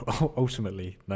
ultimately